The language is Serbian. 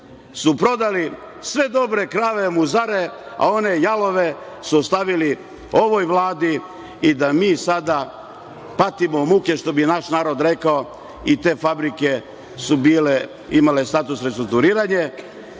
su prodali sve dobre krave muzare, a one jalove su ostavili ovoj Vladi i da mi sada patimo muke, što bi naš narod rekao. Te fabrike su imale status restrukturiranja